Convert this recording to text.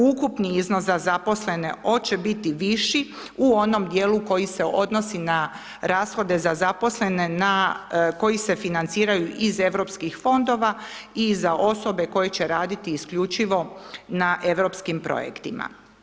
Ukupni iznos za zaposlene hoće biti viši u onom dijelu koji se odnosi na rashode za zaposlene na, koji se financiraju iz Europskih fondova i za osobe koje će raditi isključivo na Europskim projektima.